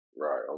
Right